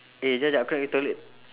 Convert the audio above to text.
eh jap jap aku nak pergi toilet